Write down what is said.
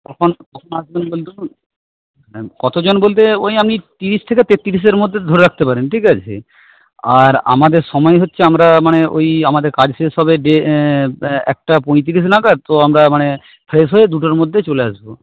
কখন আসবেন বলতে কত জন বলতে ওই আমি তিরিশ থেকে তেত্রিশের মধ্যে ধরে রাখতে পারেন ঠিক আছে আর আমাদের সময় হচ্ছে আমরা মানে ওই আমাদের কাজ শেষ হবে দেড় একটা পঁয়ত্রিশ নাগাত তো আমরা মানে ফ্রেশ হয়ে দুটোর মধ্যে চলে আসবো